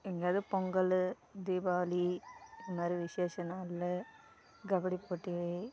எங்கேயாவது பொங்கல் தீபாவளி இந்த மாதிரி விசேஷம் நாளில் கபடி போட்டி